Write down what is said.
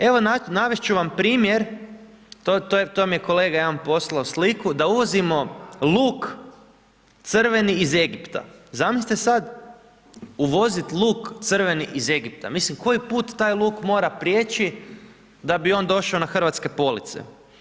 Evo, navest ću vam primjer, to mi je kolega jedan poslao sliku da uvozimo luk crveni iz Egipta, zamislite sad uvozit luk crveni iz Egipta, mislim koji put taj luk mora prijeći da bi on došao na hrvatske police.